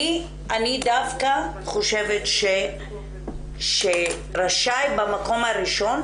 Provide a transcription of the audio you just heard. אני דווקא חושבת שרשאי במקום הראשון,